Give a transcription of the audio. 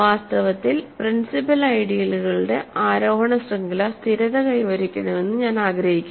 വാസ്തവത്തിൽ പ്രിൻസിപ്പൽ ഐഡിയലുകളുടെ ആരോഹണ ശൃംഖല സ്ഥിരത കൈവരിക്കണമെന്ന് ഞാൻ ആഗ്രഹിക്കുന്നു